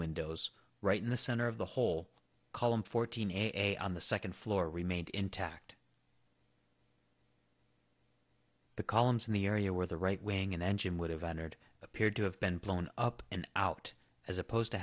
windows right in the center of the whole column fourteen a on the second floor remained intact the columns in the area where the right wing and engine would have entered appeared to have been blown up and out as opposed to